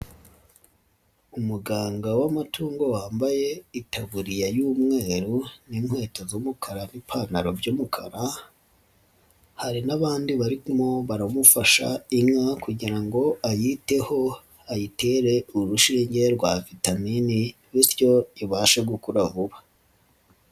Umuganga w'amatungo wambaye itaburiya y'umweru n'inkweto z'umukara n'ipantaro by'umukara, hari n'abandi barimo baramufasha inka kugira ngo ayiteho ayitere urushinge rwa vitamini bityo ibashe gukura vuba.